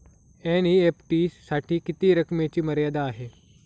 NEFT साठी किती रकमेची मर्यादा आहे?